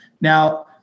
Now